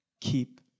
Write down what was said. Keep